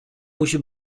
musi